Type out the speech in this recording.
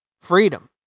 Freedom